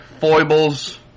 foibles